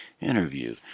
interview